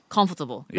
Comfortable